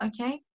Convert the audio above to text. Okay